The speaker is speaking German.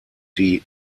die